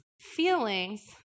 feelings